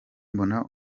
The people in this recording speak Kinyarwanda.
mbona